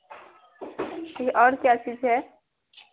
ठीक है और क्या चीज़ है